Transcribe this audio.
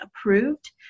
approved